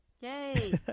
Yay